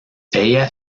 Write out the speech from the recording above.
ella